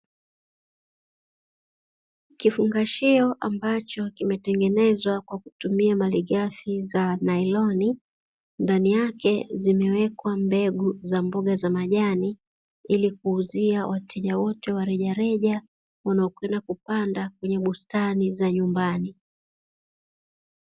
Kifungashio ambacho kimetengenezwa kwa kutumia malighafi za nailoni, ndani yake zimewekwa mbegu za mboga za majani ili kuuzia wateja wote wa rejereja wanaokwenda kupanda kwenye bustani za nyumbani.